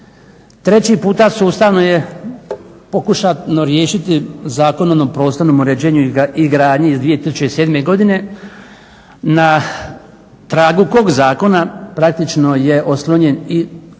Treći puta sustavno je pokušano riješiti Zakonom o prostornom uređenju i gradnji iz 2007. godine. Na tragu kog zakona, praktično je oslonjen i